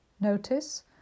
notice